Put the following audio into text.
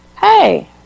hey